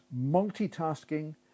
Multitasking